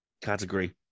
category